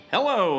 Hello